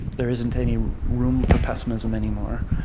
there isn't any room for pessimism anymore.